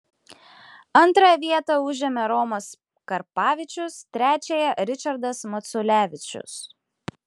antrąją vietą užėmė romas karpavičius trečiąją ričardas maculevičius